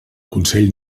consell